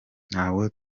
ntabwo